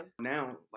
Now